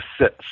sits